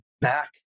back